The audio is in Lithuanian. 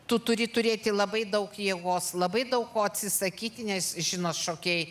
tu turi turėti labai daug jėgos labai daug ko atsisakyti nes žinot šokėjai